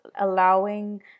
allowing